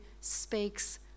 speaks